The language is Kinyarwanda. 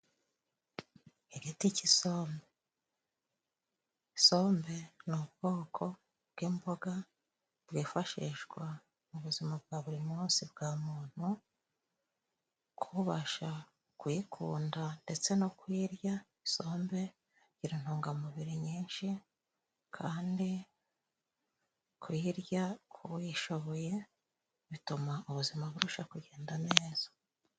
Igiti cy'isombe. Isombe ni ubwoko bw'imboga bwifashishwa mu buzima bwa buri munsi bwa muntu, ku ubasha kuyikunda ndetse no kuyirya, isombe igira intungamubiri nyinshi, kandi kuyirya ku uyishoboye bituma ubuzima burushaho kugenda neza.